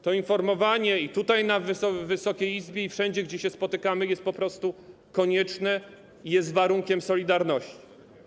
To informowanie i tutaj, w Wysokiej Izbie, i wszędzie gdzie się spotykamy, jest po prostu konieczne i jest warunkiem solidarności.